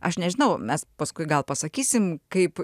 aš nežinau mes paskui gal pasakysim kaip